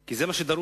כי זה מה שדרוש.